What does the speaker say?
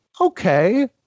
okay